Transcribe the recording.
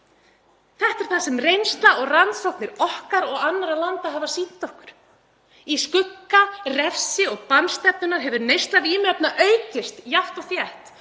þetta er það sem reynsla og rannsóknir okkar og annarra landa hafa sýnt okkur. Í skugga refsi- og bannstefnunnar hefur neysla vímuefna aukist jafnt og þétt